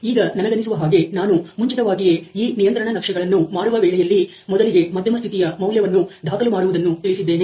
ಈಗ ನನಗನಿಸುವ ಹಾಗೆ ನಾನು ಮುಂಚಿತವಾಗಿಯೇ ಈ ನಿಯಂತ್ರಣ ನಕ್ಷೆಗಳನ್ನು ಮಾಡುವ ವೇಳೆಯಲ್ಲಿ ಮೊದಲಿಗೆ ಮಧ್ಯಮ ಸ್ಥಿತಿಯ ಮೌಲ್ಯವನ್ನು ದಾಖಲು ಮಾಡುವುದನ್ನು ತಿಳಿಸಿದ್ದೇನೆ